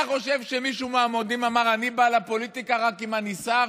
אתה חושב שמישהו מהמועמדים אמר: אני בא לפוליטיקה רק אם אני שר.